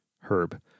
Herb